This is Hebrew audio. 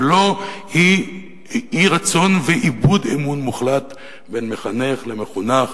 ולא אי-רצון ואיבוד אמון מוחלט בין מחנך למחונך,